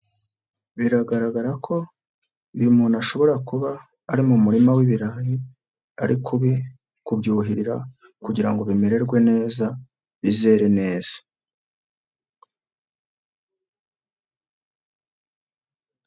Biragaragara ko uyu muntu ashobora kuba ari mu murima w'ibirayi, ari kubyuhirira kugira ngo bimererwe neza, bizere neza.